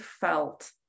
felt